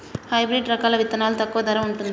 Hybrid రకాల విత్తనాలు తక్కువ ధర ఉంటుందా?